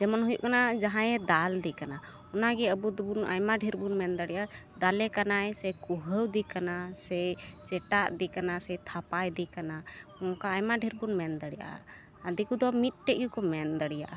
ᱡᱮᱢᱚᱱ ᱦᱩᱭᱩᱜ ᱠᱟᱱᱟ ᱡᱟᱦᱟᱸᱭᱮ ᱫᱟᱞᱫᱮ ᱠᱟᱱᱟ ᱟᱚᱱᱟᱜᱮ ᱟᱵᱚ ᱫᱚᱵᱚᱱ ᱟᱭᱢᱟ ᱰᱷᱮᱨᱵᱚᱱ ᱢᱮᱱ ᱫᱟᱲᱮᱭᱟᱜᱼᱟ ᱫᱟᱞᱮ ᱠᱟᱱᱟᱭ ᱥᱮ ᱠᱩᱦᱟᱹᱣᱫᱮ ᱠᱟᱱᱟ ᱥᱮ ᱪᱮᱴᱟᱜᱫᱮ ᱠᱟᱱᱟ ᱥᱮ ᱛᱷᱟᱯᱟᱭᱫᱮ ᱠᱟᱱᱟ ᱚᱱᱠᱟ ᱟᱭᱢᱟ ᱰᱷᱮᱨᱵᱚᱱ ᱢᱮᱱ ᱫᱟᱲᱮᱜᱼᱟ ᱫᱤᱠᱩᱫᱚ ᱢᱤᱫᱴᱮᱱ ᱜᱮᱠᱚ ᱢᱮᱱ ᱫᱟᱲᱮᱭᱟᱜᱼᱟ